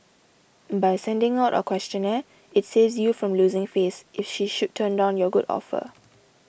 by sending out a questionnaire it saves you from losing face if she should turn down your good offer